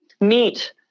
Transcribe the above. meet